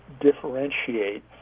differentiate